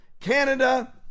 Canada